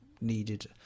needed